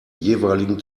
jeweiligen